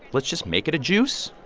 let's just make it a juice.